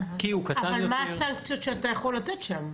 כי הוא קטן יותר --- אבל מה הסנקציות שאתה יכול לתת שם?